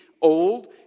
old